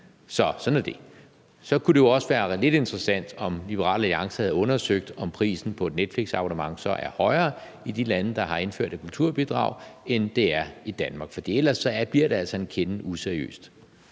Sådan er det. Så kunne det jo også være lidt interessant, om Liberal Alliance havde undersøgt, om prisen på et Netflixabonnement så er højere i de lande, der har indført et kulturbidrag, end det er i Danmark, for ellers bliver det altså en kende useriøst.